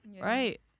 right